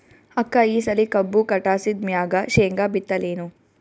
ಅಕ್ಕ ಈ ಸಲಿ ಕಬ್ಬು ಕಟಾಸಿದ್ ಮ್ಯಾಗ, ಶೇಂಗಾ ಬಿತ್ತಲೇನು?